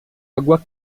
água